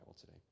today